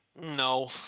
No